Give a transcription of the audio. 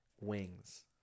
wings